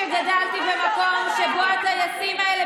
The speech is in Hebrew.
שגדלתי במקום שבו הטייסים האלה,